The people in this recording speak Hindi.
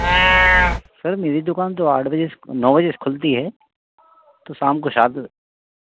सर मेरी दुकान तो आठ बजे से नौ बजे खुलती है तो शाम को सात